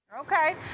Okay